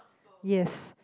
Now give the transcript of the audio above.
yes